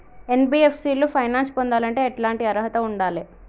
NBFC లో finance పొందాలంటే ఎట్లాంటి అర్హత ఉండాలే?